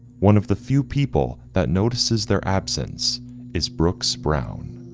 one of the few people that notices their absence is brooks brown,